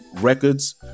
records